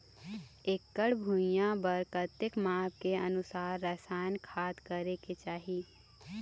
एकड़ भुइयां बार कतेक माप के अनुसार रसायन खाद करें के चाही?